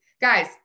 Guys